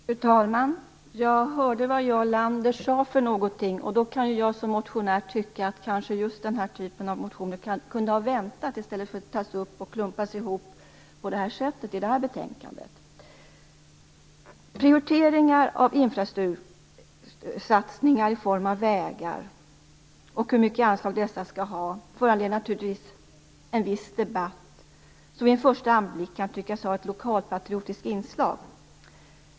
Fru talman! Jag hörde vad Jarl Lander sade för någonting. Som motionär kan jag tycka att just den här typen av motioner kanske kunde ha väntat i stället för att tas upp och klumpas ihop på det här sättet i det här betänkandet. Prioriteringar av infrastruktursatsningar i form av vägar och hur mycket anslag dessa skall ha föranleder naturligtvis en viss debatt som vid första anblicken kan tyckas ha ett lokalpatriotiskt inslag.